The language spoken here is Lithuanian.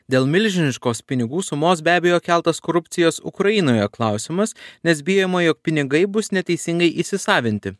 dėl milžiniškos pinigų sumos be abejo keltas korupcijos ukrainoje klausimas nes bijoma jog pinigai bus neteisingai įsisavinti